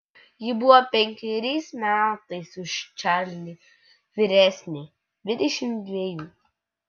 ji buvo penkeriais metais už čarlį vyresnė dvidešimt dvejų